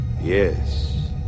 Yes